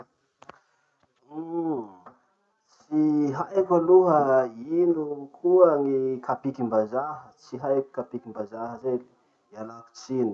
tsy haiko aloha ino koa gny kapikim-bazaha, tsy haiko kapikim-bazaha zay, ialako tsiny.